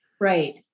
Right